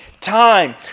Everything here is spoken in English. time